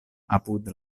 apud